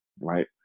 right